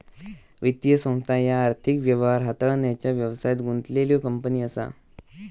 वित्तीय संस्था ह्या आर्थिक व्यवहार हाताळण्याचा व्यवसायात गुंतलेल्यो कंपनी असा